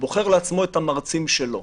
בוחר לעצמו את המרצים שלו.